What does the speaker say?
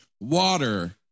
water